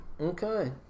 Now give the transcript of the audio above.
Okay